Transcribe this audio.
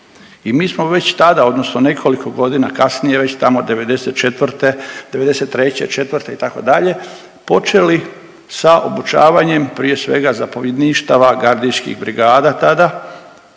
i mi smo već tada odnosno nekoliko godina kasnije, već tamo '94., '93., 4., itd., počeli sa obučavanjem prije svega zapovjedništava gardijskih brigada tada